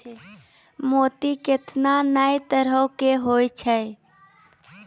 मोती केतना नै तरहो के होय छै